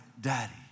daddy